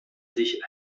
sich